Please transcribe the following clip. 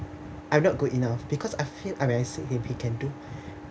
I'm not good enough because I feel I mean see he can do